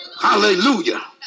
Hallelujah